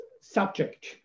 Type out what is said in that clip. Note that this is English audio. subject